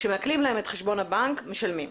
כשמעקלים להם את חשבון הבנק, משלמים.